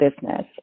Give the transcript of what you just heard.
business